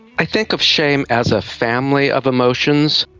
i think of shame as a family of emotions.